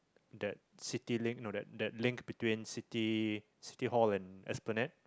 that Citylink no that link between city City-Hall and Esplanade